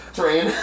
train